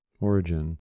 Origin